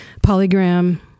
Polygram